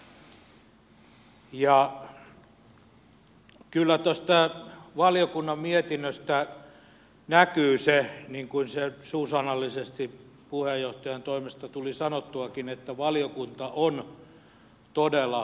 kyllä tuosta valiokunnan mietinnöstä näkyy se niin kuin se suusanallisesti puheenjohtajan toimesta tuli sanottuakin että valiokunta on todella huolestunut